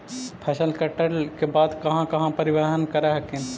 फसल कटल के बाद कहा कहा परिबहन कर हखिन?